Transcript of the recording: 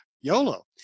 YOLO